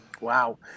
Wow